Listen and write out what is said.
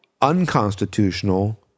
unconstitutional